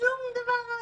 שום דבר.